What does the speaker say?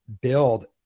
build